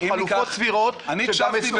חלופות סבירות שגם הסכמתם.